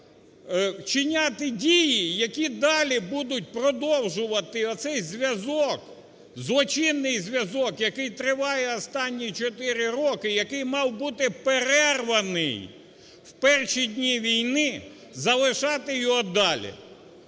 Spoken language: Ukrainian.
вчиняти дії, які далі будуть продовжувати оцей зв'язок, злочинний зв'язок, який триває останні чотири роки, який мав бути перерваний в перші дні війни, залишати його далі.